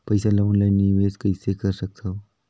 पईसा ल ऑनलाइन निवेश कइसे कर सकथव?